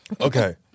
Okay